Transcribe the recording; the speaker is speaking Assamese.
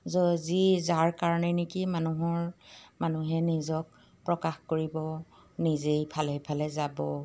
য' যি যাৰ কাৰণে নেকি মানুহৰ মানুহে নিজক প্ৰকাশ কৰিব নিজেই ইফালে ইফালে যাব